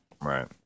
right